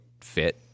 fit